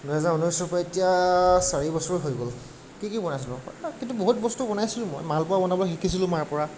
দুহেজাৰ ঊনৈছৰ পৰা এতিয়া চাৰি বছৰ হৈ গ'ল কি কি বনাইছিলোনো কিন্তু বহুত বস্তু বনাইছিলো মই মালপোৱা বনাব শিকিছিলো মাৰ পৰা